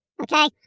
Okay